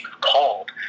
called